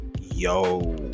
yo